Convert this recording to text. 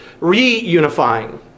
reunifying